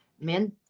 men